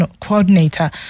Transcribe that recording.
coordinator